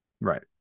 Right